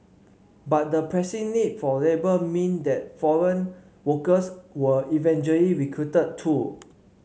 but the pressing need for labour meant that foreign workers were eventually recruited too